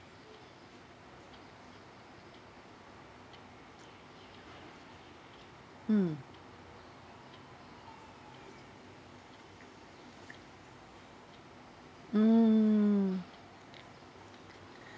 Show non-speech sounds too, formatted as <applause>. mm mm <noise> <breath>